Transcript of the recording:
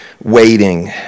waiting